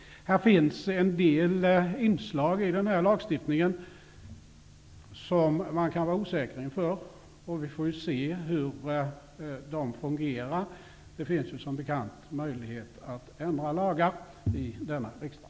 Det finns en del inslag i lagstiftningen som man kan vara osäker inför. Vi får se hur de fungerar. Det finns som bekant möjlighet att ändra lagar i denna riksdag.